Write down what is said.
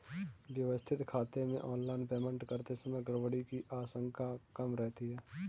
व्यवस्थित खाते से ऑनलाइन पेमेंट करते समय गड़बड़ी की आशंका कम रहती है